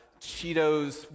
Cheetos